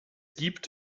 gibt